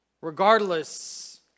regardless